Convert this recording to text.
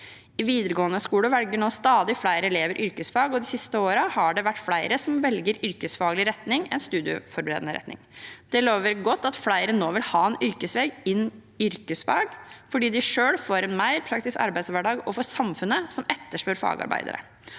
I videregående skole velger nå stadig flere elever yrkesfag, og de siste årene har det vært flere som velger yrkesfaglig retning enn som velger studieforberedende retning. Det lover godt at flere nå vil ha en yrkesvei innen yrkesfag, fordi de selv får en mer praktisk arbeidshverdag og fordi samfunnet etterspør fagarbeidere.